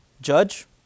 judge